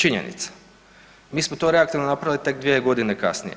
Činjenica, mi smo reaktivno napravili tek dvije godine kasnije,